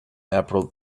april